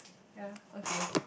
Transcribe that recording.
yea okay